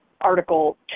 Article